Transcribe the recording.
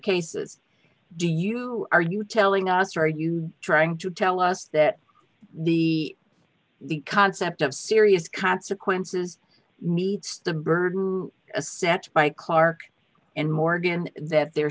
cases do you who are you telling us are you trying to tell us that the the concept of serious consequences meets the burden of a set by clarke and morgan that there